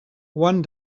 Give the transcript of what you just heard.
one